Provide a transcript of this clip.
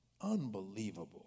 Unbelievable